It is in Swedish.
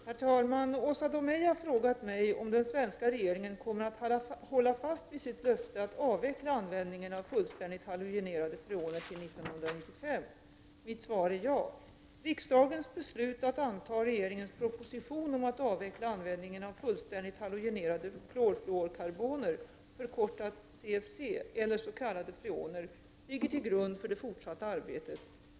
Herr talman! Åsa Domeij har frågat mig om den svenska regeringen kommer att hålla fast vid sitt löfte att avveckla användningen av fullständigt halogenerade freoner till 1995. Mitt svar är ja. Riksdagens beslut att anta regeringens proposition om att avveckla användningen av fullständigt halogenerade klorfluorkarboner, förkortat CFC eller s.k. freoner, ligger till grund för det fortsatta arbetet.